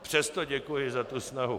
Ale přesto děkuji za tu snahu.